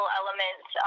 elements